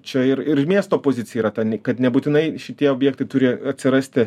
čia ir ir miesto pozicija yra ta kad nebūtinai šitie objektai turi atsirasti